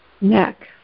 Neck